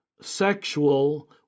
sexual